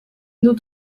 dut